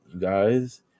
guys